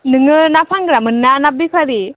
नोङो ना फानग्रामोनना ना बेफारि